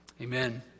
Amen